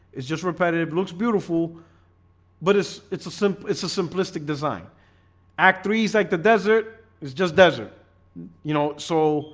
it's just repetitive looks beautiful but it's it's a simple it's a simplistic design act threes like the desert. it's just desert you know, so